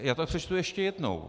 Já to přečtu ještě jednou.